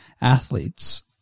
athletes